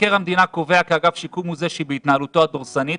מבקר המדינה קובע כי אגף שיקום הוא זה שבהתנהלותו הדורסנית